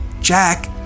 Jack